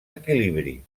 equilibri